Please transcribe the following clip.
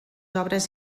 obres